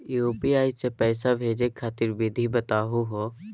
UPI स पैसा भेजै खातिर विधि बताहु हो?